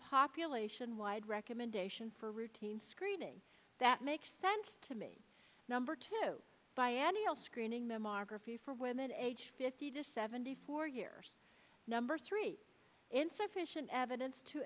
population wide recommendation for routine screening that makes sense to me number two biennial screening mammography for women aged fifty to seventy four year number three insufficient evidence to